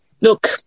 Look